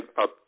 up